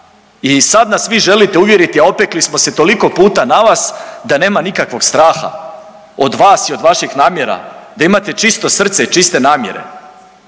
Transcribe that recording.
i sad nas vi želite uvjeriti, a opekli smo se toliko puta na vas da nema nikakvog straha od vas i od vaših namjera, da imate čisto srce i čiste namjere.